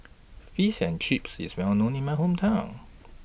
Fish and Chips IS Well known in My Hometown